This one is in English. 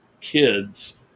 kids